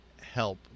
help